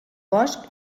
bosc